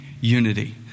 unity